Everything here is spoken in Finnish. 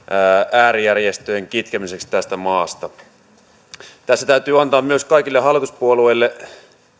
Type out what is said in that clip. äärijärjestöjen kitkemiseksi tästä maasta tässä täytyy antaa myös kaikille hallituspuolueille